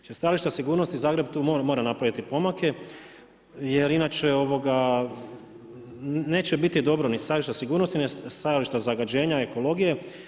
Sa stajališta sigurnosti Zagreb tu mora napraviti pomake jer inače neće biti dobro ni sa stajališta sigurnosti ni sa stajališta zagađenja, ekologije.